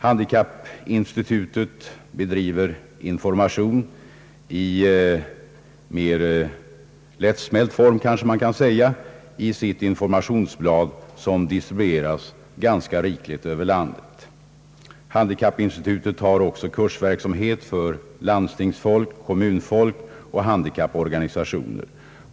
Handikappinstitutet bedriver information i mera lättsmält form — kanske man kan säga — i sitt informationsblad som =: distribueras ganska rikligt över landet. Handikappinstitutet har också kursverksamhet för landstingsfolk, kommunfolk och handikapporganisationer.